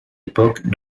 époque